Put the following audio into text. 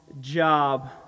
job